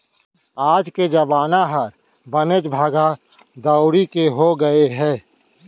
आज के जमाना ह बनेच भागा दउड़ी के हो गए हे